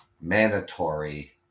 mandatory